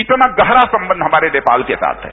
इतना गहरा संबंध हमारे नेपाल के साथ है